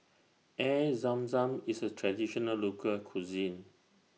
Air Zam Zam IS A Traditional Local Cuisine